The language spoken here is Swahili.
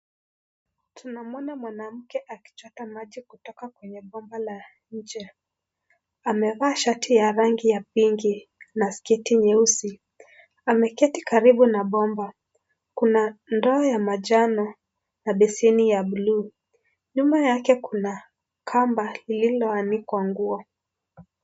Tunamwona mwanamke akichota maji kutoka kwenye bomba la nje . Amevaa shati ya rangi ya pinki na sketi nyeusi. Ameketi karibu na bomba . Kuna ndoo ya manjano na beseni ya blu . Nyuma yake kuna kamba lililoanikwa nguo.